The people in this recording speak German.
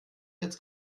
jetzt